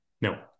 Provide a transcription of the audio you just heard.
No